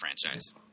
franchise